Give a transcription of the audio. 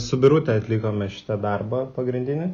su birute atlikome šitą darbą pagrindinį